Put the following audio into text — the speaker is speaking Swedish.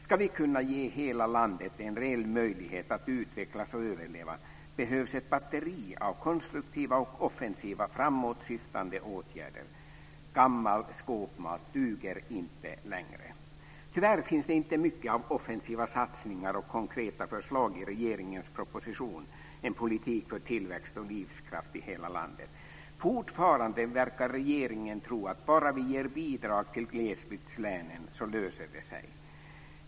Ska vi kunna ge hela landet en reell möjlighet att utvecklas och överleva, behövs ett batteri av konstruktiva och offensiva framåtsyftande åtgärder. Gammal skåpmat duger inte längre. Tyvärr finns det inte mycket av offensiva satsningar och konkreta förslag i regeringens proposition En politik för tillväxt och livskraft i hela landet. Fortfarande verkar regeringen tro att bara vi ger bidrag till glesbygdslänen så löser det sig.